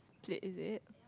late is it